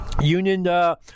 Union